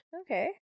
Okay